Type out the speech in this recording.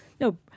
no